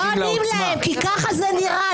לא עונים להם, כי ככה זה נראה.